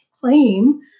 claim